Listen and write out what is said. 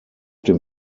dem